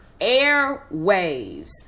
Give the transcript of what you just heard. airwaves